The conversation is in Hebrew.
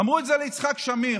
אמרו את זה ליצחק שמיר,